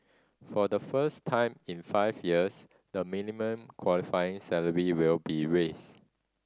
for the first time in five years the minimum qualifying salary will be raised